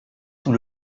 sous